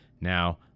Now